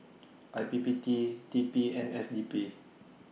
I P P T T P and S D P